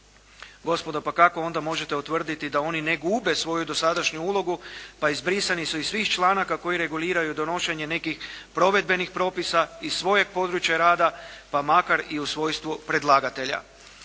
Gospodo pa kako onda možete utvrditi da oni ne gube svoju dosadašnju ulogu? Pa izbrisani su iz svih članaka koji reguliraju donošenje nekih provedbenih propisa iz svojeg područja rada pa makar i u svojstvu predlagatelja.